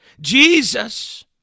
Jesus